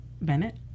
Bennett